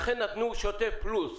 לכן נתנו שוטף פלוס.